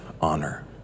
honor